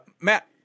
Matt